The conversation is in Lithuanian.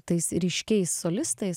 tais ryškiais solistais